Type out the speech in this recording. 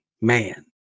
man